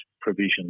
provisions